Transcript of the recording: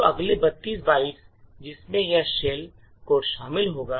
तो अगले 32 बाइट्स जिसमें यह शेल कोड शामिल होगा